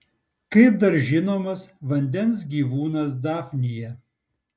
kaip dar žinomas vandens gyvūnas dafnija